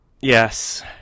Yes